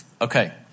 Okay